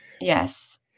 yes